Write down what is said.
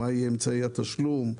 מה אמצעי התשלום,